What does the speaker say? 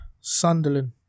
Sunderland